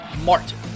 Martin